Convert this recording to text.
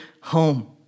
home